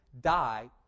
die